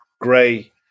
Gray